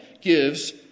gives